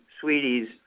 Sweeties